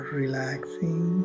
relaxing